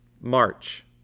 March